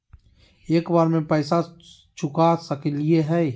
एक बार में पैसा चुका सकालिए है?